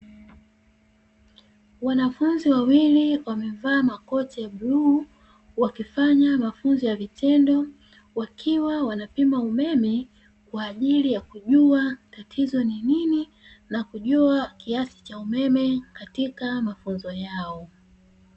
Wanafunzi wawili wamevaa makoti ya bluu, wakifanya mafunzo ya vitendo, wakiwa wanapima umeme, kwa ajili ya kujua tatizo ni nini na kujua kiasi cha umeme katika mafunzo yao.